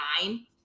nine